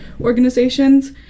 organizations